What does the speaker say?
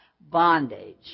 Bondage